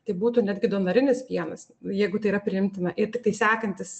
tai būtų netgi donorinis pienas jeigu tai yra priimtina ir tiktai sekantis